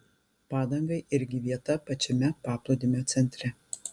padangai irgi vieta pačiame paplūdimio centre